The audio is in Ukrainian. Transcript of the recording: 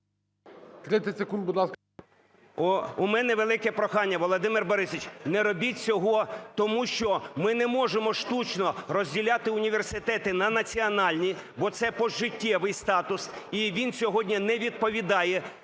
У мене велике прохання, Володимир Борисович, не робіть цього, тому що ми не можемо штучно розділяти університети на національні, бо це пожиттєвий статус, і він сьогодні не відповідає